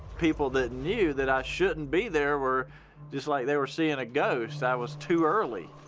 people that knew that i shouldn't be there were just like they were seeing a ghost. i was too early.